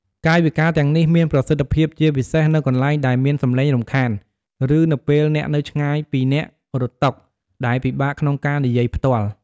កាយវិការទាំងនេះមានប្រសិទ្ធភាពជាពិសេសនៅកន្លែងដែលមានសំឡេងរំខាន ឬនៅពេលអ្នកនៅឆ្ងាយពីអ្នករត់តុ ដែលពិបាកក្នុងការនិយាយផ្ទាល់។